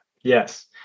Yes